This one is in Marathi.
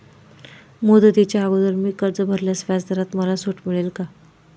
मुदतीच्या अगोदर मी कर्ज भरल्यास व्याजदरात मला सूट मिळेल का?